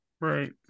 Right